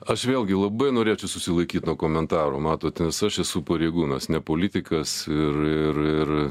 aš vėlgi labai norėčiau susilaikyt nuo komentarų matote nes aš esu pareigūnas ne politikas ir ir ir